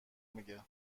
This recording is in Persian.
میگه